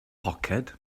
poced